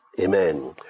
Amen